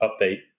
update